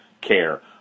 care